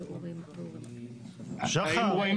שחר,